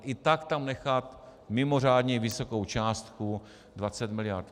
I tak tam nechat mimořádně vysokou částku 20 miliard.